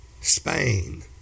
Spain